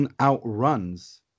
outruns